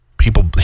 People